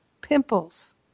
pimples